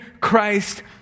Christ